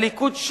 הליכוד,